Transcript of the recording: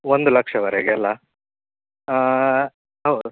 ಒಂದು ಲಕ್ಷದವರೆಗೆ ಅಲ್ವಾ ಹೌದು